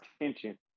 attention